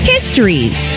Histories